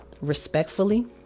respectfully